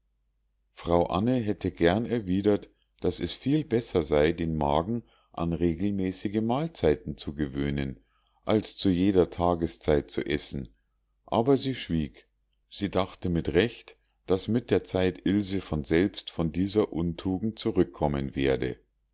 frau anne hätte gern erwidert daß es viel besser sei den magen an regelmäßige mahlzeiten zu gewöhnen als zu jeder tageszeit zu essen aber sie schwieg sie dachte mit recht daß mit der zeit ilse von selbst von dieser untugend zurückkommen werde